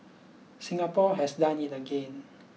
Singapore has done it again